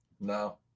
no